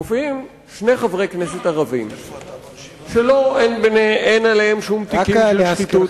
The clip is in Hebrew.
שמופיעים שני חברי כנסת ערבים שאין עליהם שום תיקים של שחיתות,